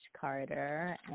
Carter